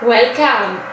Welcome